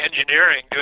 engineering